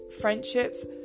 friendships